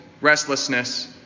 restlessness